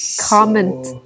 comment